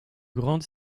grande